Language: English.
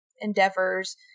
endeavors